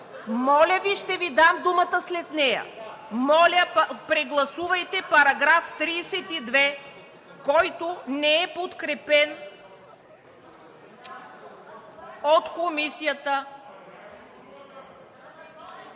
Моля Ви, ще Ви дам думата след нея. Моля, прегласувайте § 32, който не е подкрепен от Комисията.